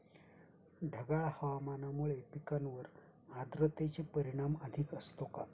ढगाळ हवामानामुळे पिकांवर आर्द्रतेचे परिणाम अधिक असतो का?